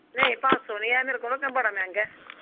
नेईं पंज सौ नेईं ऐ मेरे कोल बड़ा मैंह्गा ऐ